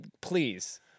please